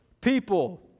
people